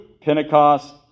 Pentecost